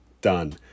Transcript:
done